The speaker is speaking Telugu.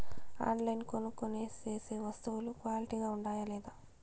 ఆన్లైన్లో కొనుక్కొనే సేసే వస్తువులు క్వాలిటీ గా ఉండాయా లేదా?